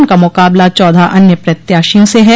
उनका मुकाबला चौदह अन्य प्रत्याशियों से है